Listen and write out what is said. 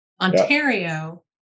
Ontario